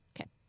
Okay